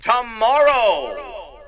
Tomorrow